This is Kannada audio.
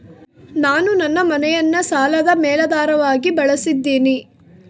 ನಾನು ನನ್ನ ಮನೆಯನ್ನ ಸಾಲದ ಮೇಲಾಧಾರವಾಗಿ ಬಳಸಿದ್ದಿನಿ